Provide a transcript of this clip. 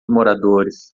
moradores